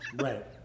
Right